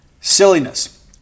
Silliness